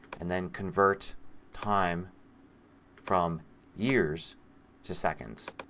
and then convert time from years to seconds.